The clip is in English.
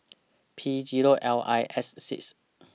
P Zero L I S six